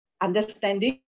understanding